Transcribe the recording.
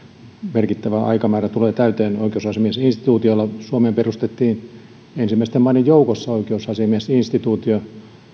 merkittävä aikamäärä tulee täyteen oikeusasia miesinstituutiolle suomeen perustettiin ensimmäisten maiden joukossa oikeusasiamiesinstituutio